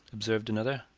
observed another,